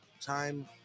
time